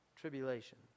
tribulation